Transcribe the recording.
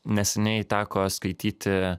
neseniai teko skaityti